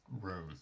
room